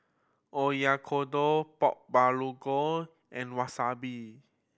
Oyakodon Pork Bulgogi and Wasabi